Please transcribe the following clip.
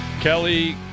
Kelly